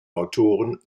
autoren